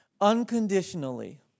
unconditionally